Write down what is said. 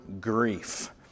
grief